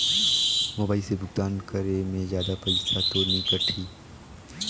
Mobile से भुगतान करे मे जादा पईसा तो नि कटही?